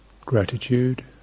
gratitude